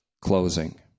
closing